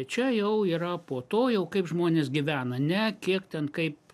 čia jau yra po to jau kaip žmonės gyvena ne kiek ten kaip